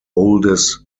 oldest